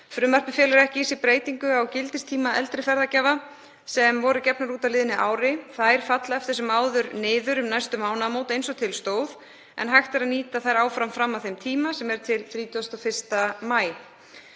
Frumvarpið felur ekki í sér breytingu á gildistíma eldri ferðagjafa sem voru gefnar út á liðnu ári. Þær falla eftir sem áður niður um næstu mánaðamót eins og til stóð en hægt er að nýta þær fram að þeim tíma, til 31. maí.